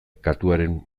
katuaren